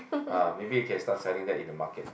ah maybe you can start selling that in the market